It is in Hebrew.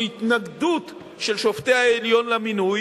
והתנגדות שופטי העליון למינוי,